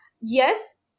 Yes